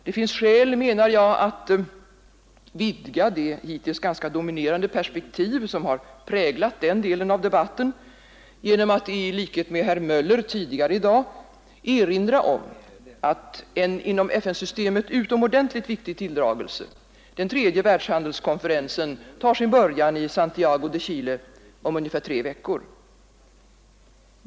Det finns skäl, menar jag, att vidga det hittills ganska dominerande perspektiv som har präglat den delen av debatten genom att i likhet med herr Möller i Gävle tidigare i dag erinra om att en inom FN-systemet utomordentligt viktig tilldragelse — den tredje världshandelskonferensen — tar sin början i Santiago di Chile om ungefär tre veckor.